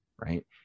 right